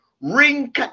Ring